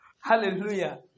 Hallelujah